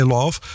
Love